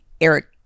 Eric